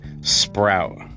Sprout